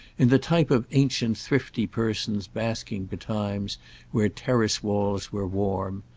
in the type of ancient thrifty persons basking betimes where terrace-walls were warm,